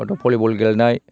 हयत' भलिबल गेलेनाय